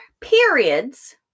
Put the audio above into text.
periods